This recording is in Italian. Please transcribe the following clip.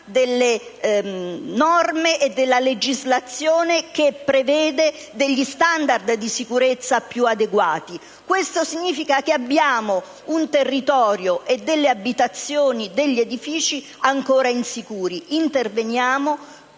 delle norme e della legislazione che prevede degli *standard* di sicurezza più adeguati. Questo significa che abbiamo un territorio, delle abitazioni e degli edifici ancora insicuri. Interveniamo